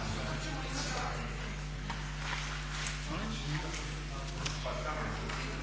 Hvala vam